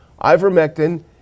ivermectin